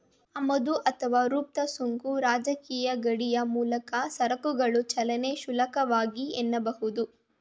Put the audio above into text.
ಆಮದು ಅಥವಾ ರಫ್ತು ಸುಂಕ ರಾಜಕೀಯ ಗಡಿಯ ಮೂಲಕ ಸರಕುಗಳ ಚಲನೆಗೆ ಶುಲ್ಕವಾಗಿದೆ ಎನ್ನಬಹುದು